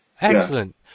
Excellent